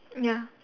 ya